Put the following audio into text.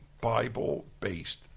Bible-based